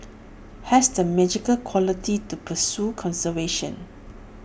has the magical quality to pursue conservation